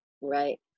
Right